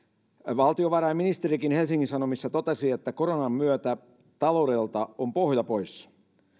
valtiovarainministerikin helsingin sanomissa totesi että koronan myötä taloudelta on pohja pois